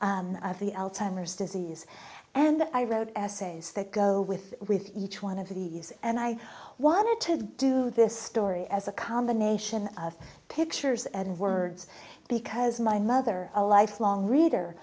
alzheimer's disease and i wrote essays that go with with each one of these and i wanted to do this story as a combination of pictures and words because my mother a lifelong reader